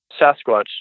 Sasquatch